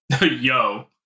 Yo